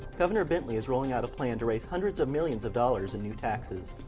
governor bentley is rolling out a plan to raise hundreds of millions of dollars in new taxes.